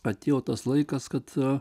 atėjo tas laikas kad